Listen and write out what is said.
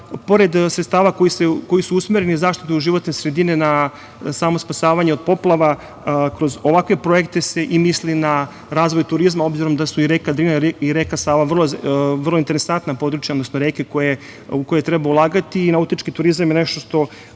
pored sredstava koji su usmereni na zaštitu životne sredine, na samo spasavanje od poplava, kroz ovakve projekte se i misli na razvoj turizma, obzirom da su i reka Drina i reka Sava vrlo interesantna područja, odnosno reke u koje treba ulagati i nautički turizam je nešto što